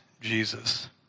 Jesus